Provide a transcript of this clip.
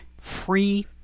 free